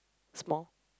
small